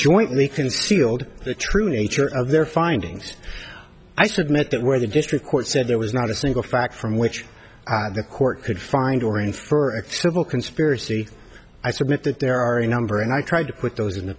jointly concealed the true nature of their findings i submit that where the district court said there was not a single fact from which the court could find or infer a civil conspiracy i submit that there are a number and i tried to put those in the